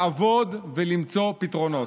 על ממשלה שבאה לעבוד ולמצוא פתרונות.